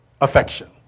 affection